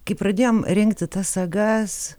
kai pradėjom rinkti tas sagas